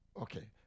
Okay